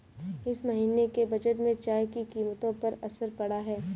इस महीने के बजट में चाय की कीमतों पर असर पड़ा है